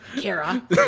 Kara